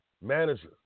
manager